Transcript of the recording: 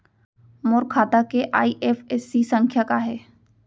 मोर खाता के आई.एफ.एस.सी संख्या का हे?